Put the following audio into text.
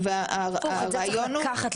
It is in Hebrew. את זה צריך לקחת,